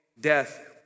death